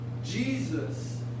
Jesus